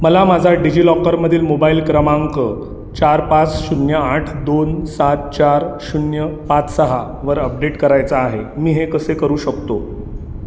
मला माझा डिजिलॉकरमधील मोबाईल क्रमांक चार पाच शून्य आठ दोन सात चार शून्य पाच सहावर अपडेट करायचा आहे मी हे कसे करू शकतो